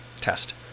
test